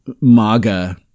MAGA